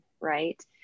right